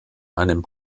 einem